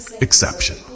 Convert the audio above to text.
exception